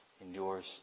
endures